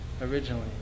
originally